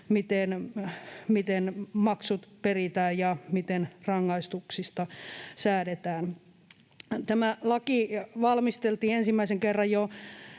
miten maksut peritään ja miten rangaistuksista säädetään. Tämä laki valmisteltiin ensimmäisen kerran jo